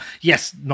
Yes